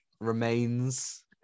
remains